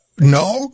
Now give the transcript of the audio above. no